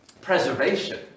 preservation